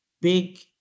big